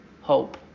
hope